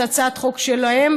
זו הצעת חוק שלהם,